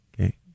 Okay